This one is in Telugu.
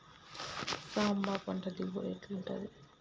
సాంబ పంట దిగుబడి ఎట్లుంటది?